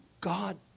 God